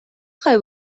خواهی